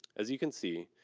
as you can see,